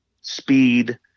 speed